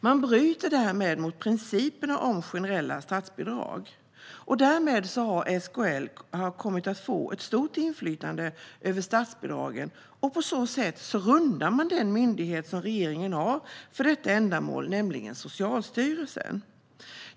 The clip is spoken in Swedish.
Man bryter därmed mot principerna om generella statsbidrag. Därmed har SKL kommit att få ett stort inflytande över statsbidragen, och på så sätt rundar man den myndighet som regeringen har för detta ändamål, nämligen Socialstyrelsen.